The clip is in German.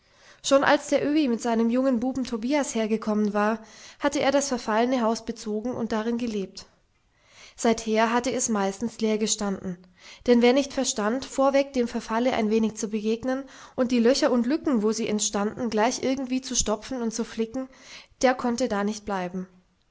schon als der öhi mit seinem jungen buben tobias hergekommen war hatte er das verfallene haus bezogen und darin gelebt seither hatte es meistens leer gestanden denn wer nicht verstand vorweg dem verfalle ein wenig zu begegnen und die löcher und lücken wo sie entstanden gleich irgendwie zu stopfen und zu flicken der konnte da nicht bleiben